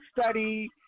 study